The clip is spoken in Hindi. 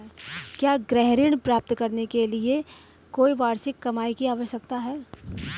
क्या गृह ऋण प्राप्त करने के लिए कोई वार्षिक कमाई की आवश्यकता है?